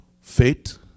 faith